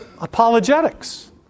Apologetics